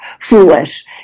foolish